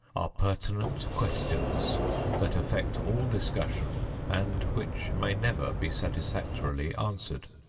are pertinent questions that affect all discussion and which may never be satisfactorily answered.